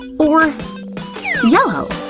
or yellow?